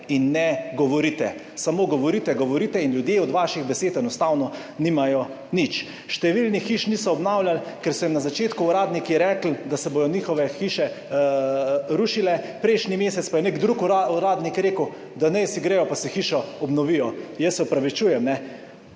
in ne govorite. Samo govorite, govorite in ljudje od vaših besed enostavno nimajo nič. Številnih hiš niso obnavljali, ker so jim na začetku uradniki rekli, da se bodo njihove hiše rušile, prejšnji mesec pa je nek drug uradnik rekel, da naj gredo pa si hišo obnovijo. Jaz se opravičujem, to